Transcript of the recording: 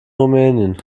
rumänien